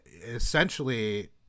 Essentially